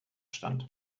stand